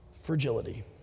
fragility